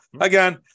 again